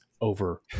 over